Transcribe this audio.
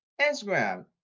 Instagram